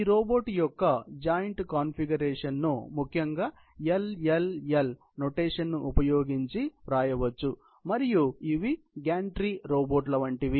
ఈ రోబోట్ యొక్క joint configuration ను ముఖ్యంగా ఎల్ ఎల్ ఎల్ నోటేషన్ ఉపయోగించి వ్రాయవచ్చు మరియు ఇవి గ్యాంట్రీ రోబోట్ల వంటివి